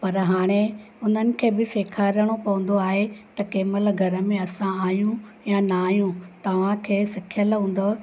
पर हाणे उन्हनि खे बि सेखारणो पवंदो आहे त कंहिं महिल घर में असां आहियूं या ना आहियूं तव्हांखे सिखियलु हूंदव